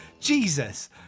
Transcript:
Jesus